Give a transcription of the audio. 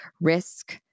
risk